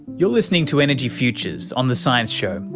you're listening to energy futures on the science show,